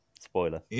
Spoiler